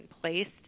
placed